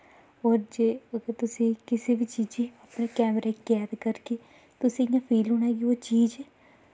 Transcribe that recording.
ओर जे उप्पर तुसें किसे बी चीजै च कैमरे च कैद करगे तुसें इ'यां फील होना कि ओह् चीज